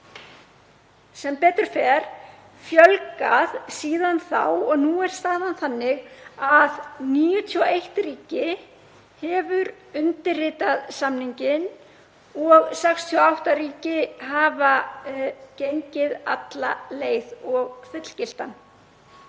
sem betur fer fjölgað síðan þá og nú er staðan þannig að 91 ríki hefur undirritað samninginn og 68 ríki hafa gengið alla leið og fullgilt